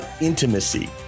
intimacy